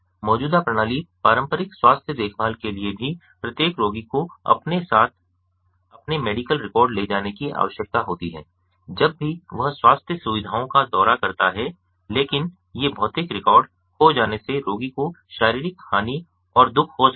मौजूदा प्रणाली पारंपरिक स्वास्थ्य देखभाल के लिए भी प्रत्येक रोगी को अपने साथ अपने मेडिकल रिकॉर्ड ले जाने की आवश्यकता होती है जब भी वह स्वास्थ्य सुविधाओं का दौरा करता है लेकिन ये भौतिक रिकॉर्ड खो जाने से रोगी को शारीरिक हानि और दुःख हो सकता है